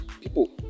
people